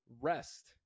Rest